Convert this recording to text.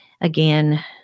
again